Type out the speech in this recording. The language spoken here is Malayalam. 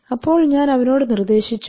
അപ്പോൾ ഞാൻ അവനോടു നിർദ്ദേശിച്ചു